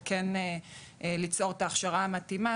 וכן ליצור את ההכשרה המתאימה,